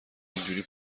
اینجوری